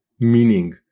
meaning